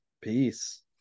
Peace